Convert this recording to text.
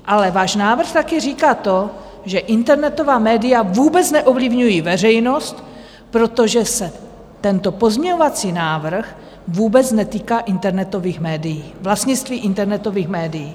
Ale váš návrh taky říká to, že internetová média vůbec neovlivňují veřejnost, protože se tento pozměňovací návrh vůbec netýká internetových médií, vlastnictví internetových médií.